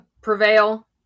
prevail